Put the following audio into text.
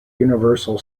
universal